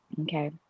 Okay